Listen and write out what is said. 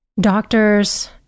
doctors